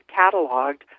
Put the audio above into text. cataloged